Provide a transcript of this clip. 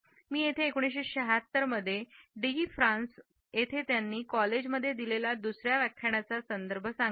मी येथे 1976 मध्ये डी फ्रान्स येथे त्यांनी कॉलेजमध्ये दिलेला दुसरा व्याख्यानाचा संदर्भ मला सांगायचा आहे